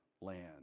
land